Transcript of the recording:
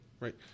Right